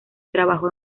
trabajó